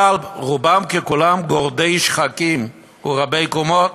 אבל רובן ככולן בגורדי שחקים או רבי-קומות,